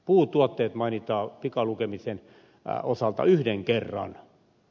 puutuotteet mainitaan pikalukemisen osalta yhden kerran